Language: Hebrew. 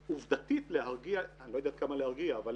עובדתית, להרגיע אני לא יודע כמה להרגיע אבל